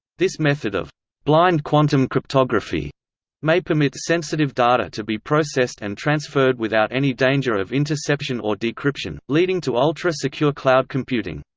this method of blind quantum cryptography may permit sensitive data to be processed and transferred without any danger of interception or decryption, leading to ultra-secure cloud computing.